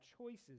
choices